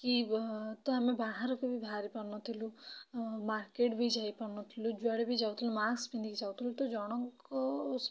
କି ବ ତ ଆମେ ବାହାରକୁ ବି ବାହାରି ପାରୁନଥିଲୁ ମାର୍କେଟ୍ ବି ଯାଇପାରୁ ନଥିଲୁ ଯୁଆଡ଼େ ବି ଯାଉଥିଲୁ ମାସ୍କ୍ ପିନ୍ଧିକି ଯାଉଥିଲୁ ତ ଜଣଙ୍କ